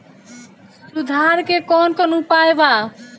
सुधार के कौन कौन उपाय वा?